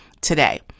today